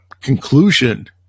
conclusion